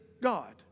God